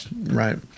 Right